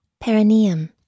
Perineum